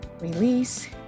release